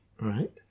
right